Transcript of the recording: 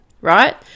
right